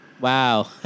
Wow